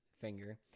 finger